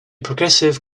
progressive